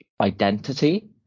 identity